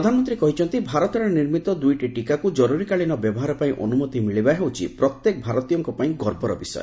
ପ୍ରଧାନମନ୍ତ୍ରୀ କହିଛନ୍ତି ଭାରତରେ ନିର୍ମିତ ଦୁଇଟି ଟୀକାକୁ ଜରୁରୀକାଳୀନ ବ୍ୟବହାର ପାଇଁ ଅନୁମତି ମିଳିବା ହେଉଛି ପ୍ରତ୍ୟେକ ଭାରତୀୟଙ୍କ ପାଇଁ ଗର୍ବର ବିଷୟ